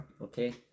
Okay